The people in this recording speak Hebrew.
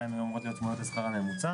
הן היו אמורות להיות צמודות לשכר הממוצע.